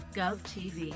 GovTV